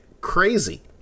crazy